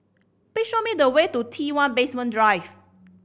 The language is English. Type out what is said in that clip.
please show me the way to T One Basement Drive